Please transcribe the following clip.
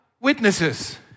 witnesses